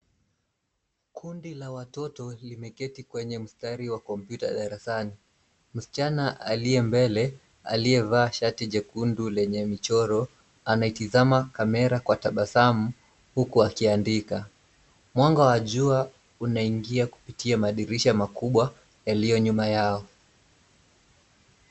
Kundi la watoto limeketi kwenye mstari wa kompyuta darasani. Msichana aliye mbele, aliyevaa shati jekundu lenye michoro, anaitazama kamera kwa tabasamu, huku akiandika. Mwanga wa jua, unaingia kupitia madirisha makubwa, yaliyo nyuma yao.